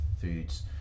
foods